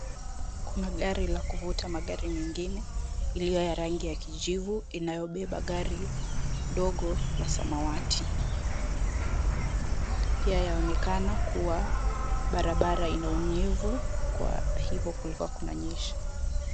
Kuna gari la kuvuta magari mengine iliyo ya rangi ya kijivu inayobeba gari ndogo la samawati. Pia yaonekana kuwa barabara ina unyeevu kwa hivyo kulikua kunanyesha.